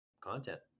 content